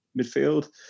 midfield